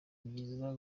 byiza